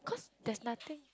cause there's nothing